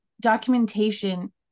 documentation